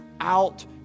out